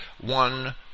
one